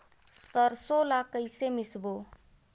सरसो ला कइसे मिसबो?